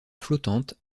flottante